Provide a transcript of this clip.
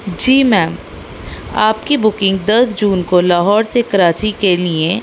جی ma'am آپ کی booking دس جون کو لاہور سے کراچی کے لیے